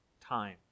time